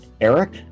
eric